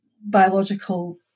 biological